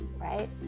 right